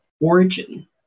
origin